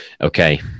Okay